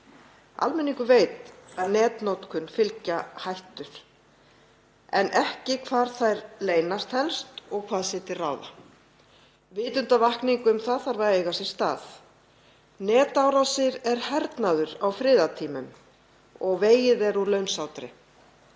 Almenningur veit að netnotkun fylgja hættur en ekki hvar þær leynast helst og hvað er til ráða. Vitundarvakning um það þarf að eiga sér stað. Netárásir eru hernaður á friðartímum og vegið er úr launsátri.